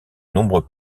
nombreux